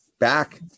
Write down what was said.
back